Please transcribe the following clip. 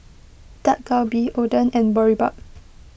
Dak Galbi Oden and Boribap